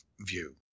view